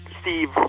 Steve